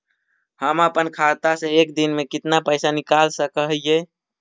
हम अपन खाता से एक दिन में कितना पैसा निकाल सक हिय?